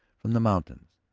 from the mountains.